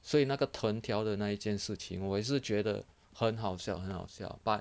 所以那个藤条的那一件事情我是觉得很好笑很好笑 but